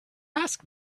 ask